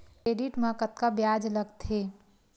Credit मा कतका ब्याज लगथे?